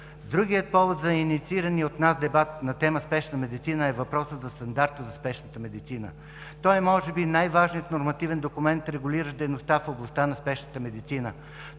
Другият повод за инициирания от нас дебат на тема „спешна медицина“ е въпросът за стандарта на спешната медицина. Той е може би най-важният нормативен документ, регулиращ дейността в областта на спешната медицина